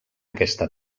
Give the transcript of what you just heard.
aquesta